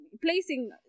placing